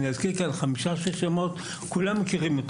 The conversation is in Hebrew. אני אזכיר כאן חמישה-שישה שמות שכולם מכירים: